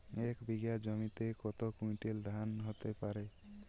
এক বিঘা জমিতে কত কুইন্টাল ধান হতে পারে?